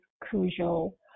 crucial